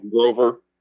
Grover